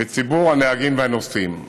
בציבור הנהגים והנוסעים?